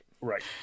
Right